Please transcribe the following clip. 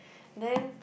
then